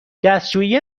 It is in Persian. دستشویی